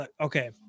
okay